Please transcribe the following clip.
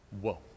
Whoa